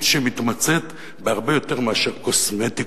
שמתמצית בהרבה יותר מאשר קוסמטיקה.